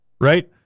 right